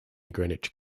greenwich